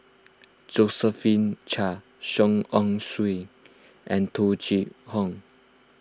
Josephine Chia Song Ong Siang and Tung Chye Hong